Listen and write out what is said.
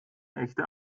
echte